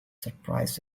surprised